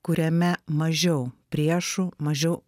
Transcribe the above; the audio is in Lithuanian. kuriame mažiau priešų mažiau